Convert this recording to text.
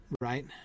right